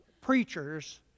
preachers